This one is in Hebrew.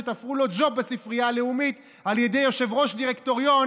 שתפרו לו ג'וב בספרייה הלאומית על ידי יושב-ראש דירקטוריון